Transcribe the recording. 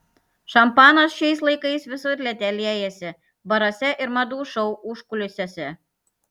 šampanas šiais laikais visur liete liejasi baruose ir madų šou užkulisiuose